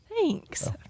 Thanks